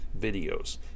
videos